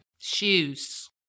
shoes